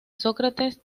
sócrates